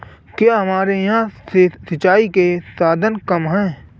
क्या हमारे यहाँ से सिंचाई के साधन कम है?